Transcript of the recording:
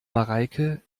mareike